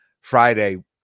Friday